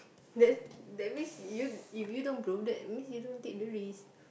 that that means you if you don't do that means you don't take the risk